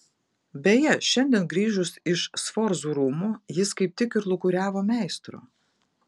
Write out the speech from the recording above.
beje šiandien grįžus iš sforzų rūmų jis kaip tik ir lūkuriavo meistro